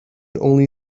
only